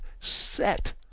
set